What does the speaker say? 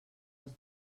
els